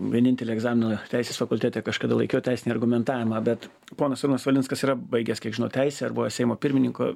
vienintelį egzaminą teisės fakultete kažkada laikiau teisinį argumentavimą bet ponas arūnas valinskas yra baigęs kiek žinau teisę ir buvęs seimo pirmininku